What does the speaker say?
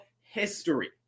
history